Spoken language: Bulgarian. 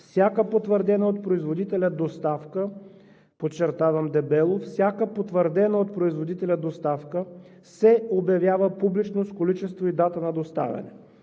Всяка потвърдена от производителя доставка, подчертавам дебело, всяка потвърдена от производителя доставка се обявява публично с количество и дата на доставяне